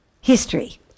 history